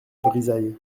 brizailles